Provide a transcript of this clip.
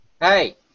Hey